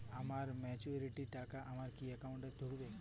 আমার ম্যাচুরিটির টাকা আমার কি অ্যাকাউন্ট এই ঢুকবে?